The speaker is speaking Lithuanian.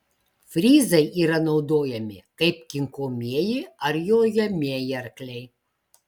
fryzai yra naudojami kaip kinkomieji ar jojamieji arkliai